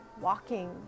walking